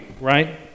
right